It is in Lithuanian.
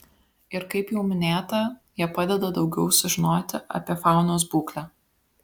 ir kaip jau minėta jie padeda daugiau sužinoti apie faunos būklę